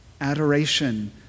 Adoration